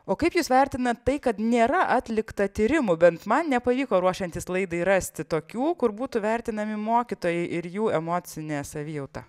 o kaip jūs vertinat tai kad nėra atlikta tyrimų bent man nepavyko ruošiantis laidai rasti tokių kur būtų vertinami mokytojai ir jų emocinė savijauta